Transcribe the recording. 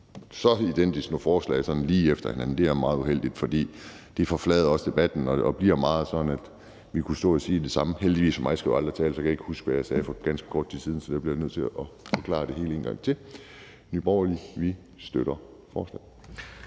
så identiske forslag sådan lige efter hinanden. For det forfladiger også debatten, og det bliver meget sådan, at vi kunne stå og sige det samme. Heldigvis for mig kan jeg ikke huske, hvad jeg sagde for ganske kort tid siden, så jeg bliver nødt til at forklare det hele en gang til. I Nye Borgerlige støtter vi forslaget.